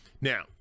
now